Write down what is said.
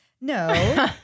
No